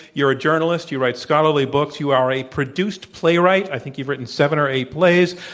you're a journalist. you write scholarly books. you are a produced playwright. i think you've written seven or eight plays.